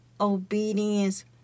obedience